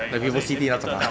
like vivo city 那种 ah